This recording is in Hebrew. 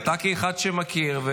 אתה כאחד שמכיר,